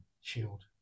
Shield